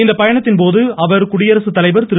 இந்த பயணத்தின்போது அவர் குடியரசுத்தலைவர் திரு